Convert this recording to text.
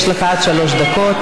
יש לך עד שלוש דקות.